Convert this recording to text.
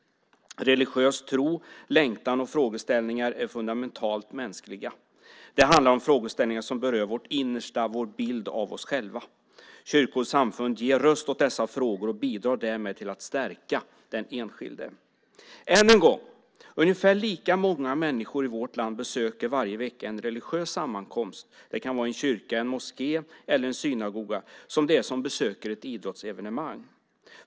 Religiös tro, längtan och frågeställningar är fundamentalt mänskliga. Det handlar om frågeställningar som berör vårt innersta, vår bild av oss själva. Kyrkor och samfund ger röst åt dessa frågor och bidrar därmed till att stärka den enskilde. Än en gång: Ungefär lika många människor i vårt land besöker varje vecka en religiös sammankomst - det kan vara i en kyrka, en moské eller en synagoga - som det är som besöker ett idrottsevenemang.